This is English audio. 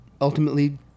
ultimately